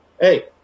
hey